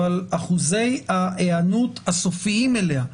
אבל אחוזי ההיענות הסופיים אליה,